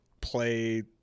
play